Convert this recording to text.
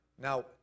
Now